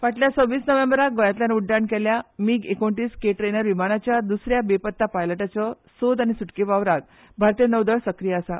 फाटल्या सव्वीस नोव्हेंबराक गोंयातल्यान उड्डाण केल्ल्या मिग एकोणतीस के ट्रेनर विमानाच्या द्सऱ्या बेपत्ता पायलटाच्या सोद आनी सुटके वावरान भारतीय नौदळ सक्रीय आसा